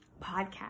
podcast